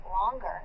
longer